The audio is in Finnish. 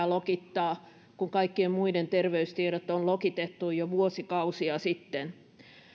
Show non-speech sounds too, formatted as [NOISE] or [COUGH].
[UNINTELLIGIBLE] lokittaa kun kaikkien muiden terveystiedot on lokitettu jo vuosikausia sitten